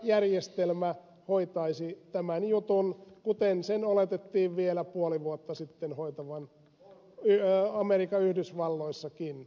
markkinajärjestelmä hoitaisi tämän jutun kuten sen oletettiin vielä puoli vuotta sitten hoitavan amerikan yhdysvalloissakin